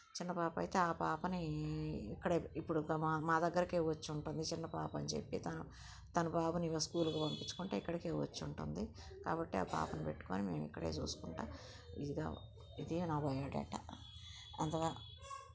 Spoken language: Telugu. చిన్న పాప అయితే ఆ పాపని ఇక్కడ ఇప్పుడు మా దగ్గరే వచ్చి ఉంటుంది చిన్న పాప అని చెప్పి తన తన బాబుని ఇంకా స్కూలుకి పంపించకుండా ఇక్కడకే వచ్చి ఉంటుంది కాబట్టి ఆ పాపను పెట్టుకొని మేము ఇక్కడే చూసుకుంటాము ఇదిదా ఇదేనా బయోడేటా అంతేగా